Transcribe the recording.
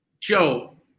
Joe